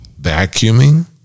vacuuming